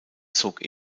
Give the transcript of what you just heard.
zog